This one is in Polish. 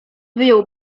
wyjął